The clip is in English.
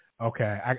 Okay